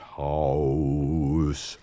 house